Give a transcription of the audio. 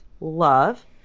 love